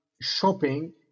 shopping